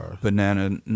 Banana